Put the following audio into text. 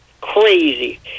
crazy